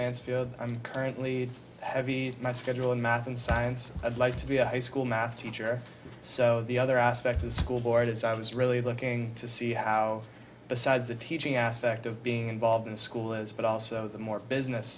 mansfield i'm currently heavy my schedule in math and science i'd like to be a high school math teacher so the other aspect of the school board is i was really looking to see how besides the teaching aspect of being involved in a school is but also the more business